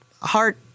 heart